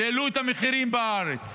והעלו את המחירים בארץ